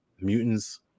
mutants